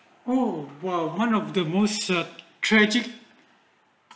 oh !wah! one of the most tragic